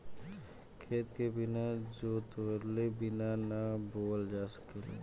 खेत के बिना जोतवले बिया ना बोअल जा सकेला